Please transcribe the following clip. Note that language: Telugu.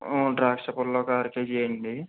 ఊ ద్రాక్షా పల్లొక అరకేజీ వెయ్యండి